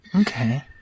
Okay